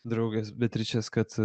draugės beatričės kad